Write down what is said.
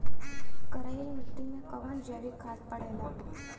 करइल मिट्टी में कवन जैविक खाद पड़ेला?